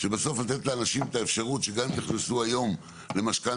שבסוף לתת לאנשים את האפשרות שגם אם נכנסו היום למשכנתא,